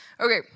Okay